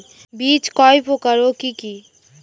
বীজ কয় প্রকার ও কি কি?